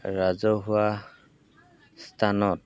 ৰাজহুৱা স্থানত